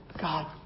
God